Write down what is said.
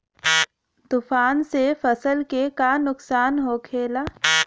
तूफान से फसल के का नुकसान हो खेला?